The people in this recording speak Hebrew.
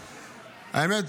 האמת,